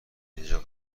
اینجا